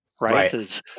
right